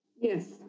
Yes